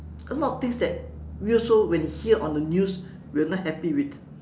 a lot of things that we also when we hear on the news we are not happy with